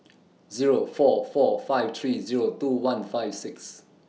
Zero four four five three Zero two one five six